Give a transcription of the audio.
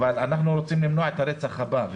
אבל אנחנו רוצים למנוע את הרצח הבא.